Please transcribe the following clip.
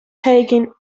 taken